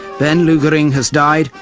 ben lugering has died,